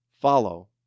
follow